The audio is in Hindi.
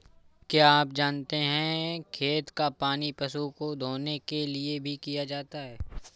क्या आप जानते है खेत का पानी पशु को धोने के लिए भी किया जाता है?